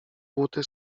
buty